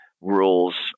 rules